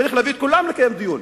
צריך להביא את כולם לקיים דיון.